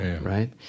right